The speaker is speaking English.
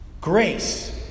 Grace